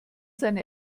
seine